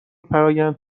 فرایند